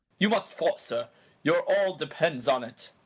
you must force her your all depends on it.